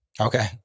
Okay